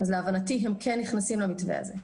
אז להבנתי הם כן נכנסים למתווה הזה.